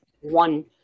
one